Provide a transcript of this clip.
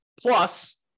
Plus